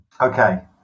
Okay